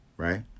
right